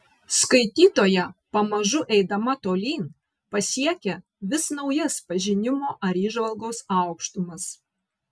skaitytoja pamažu eidama tolyn pasiekia vis naujas pažinimo ar įžvalgos aukštumas